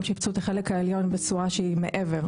שיפצו את החלק העליון בצורה שהיא מעבר.